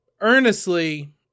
Earnestly